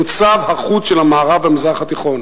מוצב החוץ של המערב במזרח התיכון,